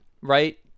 right